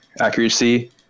accuracy